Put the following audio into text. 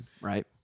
right